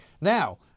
Now